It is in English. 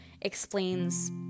explains